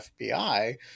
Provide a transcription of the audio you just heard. FBI